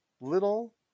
little